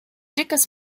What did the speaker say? dickes